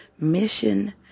mission